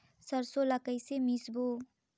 सरसो ला कइसे मिसबो?